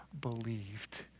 believed